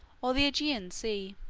or the aegean sea.